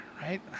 Right